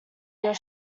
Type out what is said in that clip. your